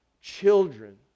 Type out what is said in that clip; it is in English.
children